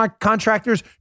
contractors